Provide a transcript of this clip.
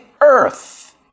earth